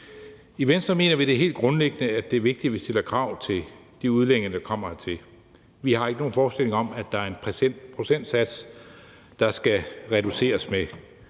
I Venstre mener vi helt grundlæggende, at det er vigtigt, at vi stiller krav til de udlændinge, der kommer hertil. Vi har ikke nogen forestilling om, at der er en bestemt procentsats, der skal reduceres med.